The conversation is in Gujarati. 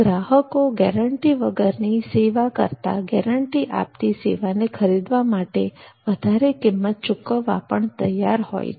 ગ્રાહકો ગેરંટી વગરની સેવા કરતા ગેરંટી આપતી સેવાને ખરીદવા માટે વધારે કિંમત ચૂકવવા પણ તૈયાર હોય છે